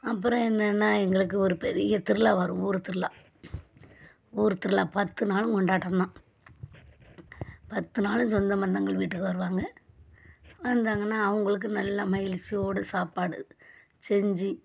அப்புறம் என்னென்ன எங்களுக்கு ஒரு பெரிய திருவிழா வரும் ஊர் திருவிழா ஊர் திருவிழா பத்து நாளும் கொண்டாட்டம் தான் பத்து நாளும் சொந்த பந்தங்கள் வீட்டுக்கு வருவாங்க வந்தாங்கன்னா அவங்களுக்கு நல்லா மகிழ்ச்சியோடு சாப்பாடு செஞ்சு